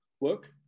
work